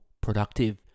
productive